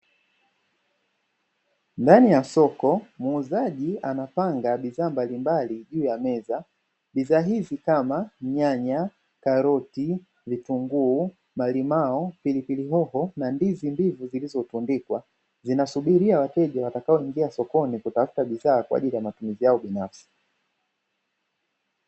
Ndani ya soko muuzaji anapanga bidhaa mbalimbali juu ya meza bidhaa hizi kama nyanya, karoti, vitunguu, malimao, pilipili hoho na ndizi mbivu zilizovundikwa zinasubiria wateja watakaoingia sokoni kutafuta bidhaa kwa ajili ya matumizi yao binafsi.